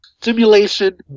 simulation